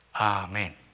Amen